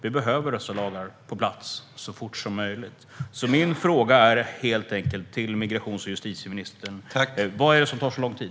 Vi behöver dessa lagar på plats så fort som möjligt. Min fråga till migrationsministern är helt enkelt: Vad är det som tar så lång tid?